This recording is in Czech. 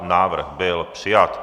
Návrh byl přijat.